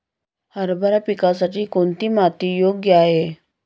हरभरा पिकासाठी कोणती माती योग्य आहे?